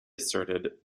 asserted